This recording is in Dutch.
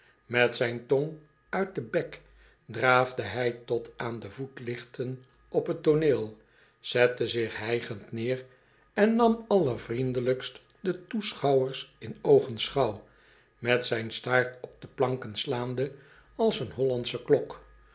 met zijn tong uit den bek draafde hij tot aan de voetlichten op t tooneel zette zich hijgend neer en nam allervriendelijkst de toeschouwers in oogenschouw met zyn staart op de planken slaande als een hollandsche klok